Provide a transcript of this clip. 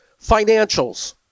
Financials